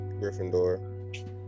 Gryffindor